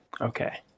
Okay